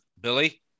Billy